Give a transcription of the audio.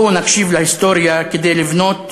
בואו נקשיב להיסטוריה כדי לבנות